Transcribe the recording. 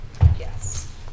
Yes